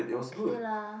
okay lah